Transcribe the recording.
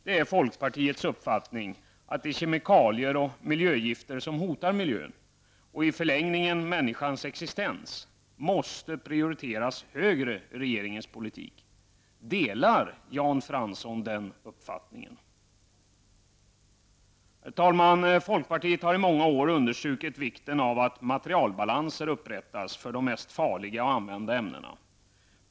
Det är folkpartiets uppfattning att de kemikalier och miljögifter som hotar miljön, och i förlängningen människans existens, måste prioriteras högre i regeringens politik. Delar Jan Fransson den uppfattningen? Herr talman! Folkpartiet har i många år understrukit vikten av att materialbalanser upprättas för de mest farliga och använda ämnena.